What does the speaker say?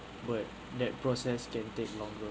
but that process can take longer